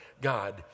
God